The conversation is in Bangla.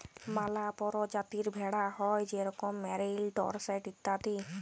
ম্যালা পরজাতির ভেড়া হ্যয় যেরকম মেরিল, ডরসেট ইত্যাদি